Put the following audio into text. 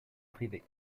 privée